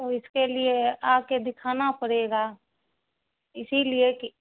تو اس کے لیے آکے دکھانا پڑے گا اسی لیے کہ